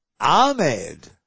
Ahmed